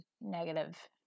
negative